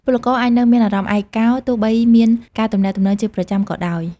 ពលករអាចនៅមានអារម្មណ៍ឯកោ ទោះបីមានការទំនាក់ទំនងជាប្រចាំក៏ដោយ។